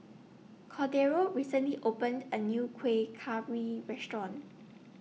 Cordero recently opened A New Kueh Kaswi Restaurant